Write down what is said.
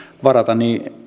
varata